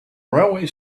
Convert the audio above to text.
railway